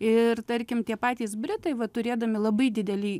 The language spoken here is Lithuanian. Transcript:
ir tarkim tie patys britai va turėdami labai didelį